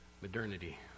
Modernity